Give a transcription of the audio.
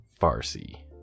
farsi